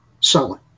selling